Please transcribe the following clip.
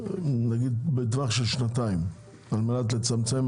נגיד בטווח של שנתיים וזאת על מנת לצמצם